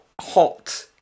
hot